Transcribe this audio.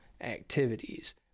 activities